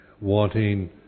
wanting